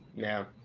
yeah.